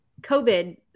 COVID